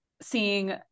seeing